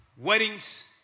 weddings